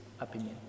opinion